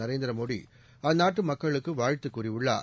நரேந்திர மோடி அந்நாட்டு மக்களுக்கு் வாழ்த்து கூறியுள்ளார்